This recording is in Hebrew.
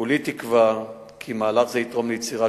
כולי תקווה כי מהלך זה יתרום ליצירת